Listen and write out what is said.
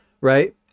right